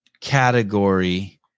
category